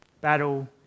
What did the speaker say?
battle